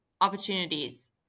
opportunities